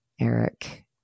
Eric